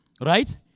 Right